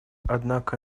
однако